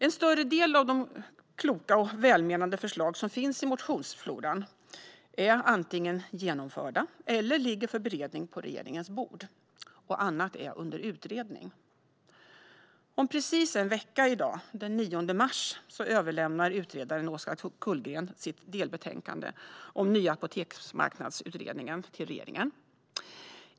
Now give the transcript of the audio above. En större del av de kloka och välmenande förslag som finns i motionsfloran är antingen genomförda eller ligger för beredning på regeringens bord, och annat är under utredning. Om precis en vecka från i dag, den 9 mars, överlämnar utredaren Åsa Kullgren sitt delbetänkande från Nya apoteksmarknadsutredningen till regeringen.